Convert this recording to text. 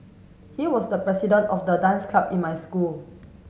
he was the president of the dance club in my school